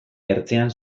ertzean